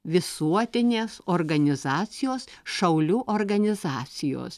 visuotinės organizacijos šaulių organizacijos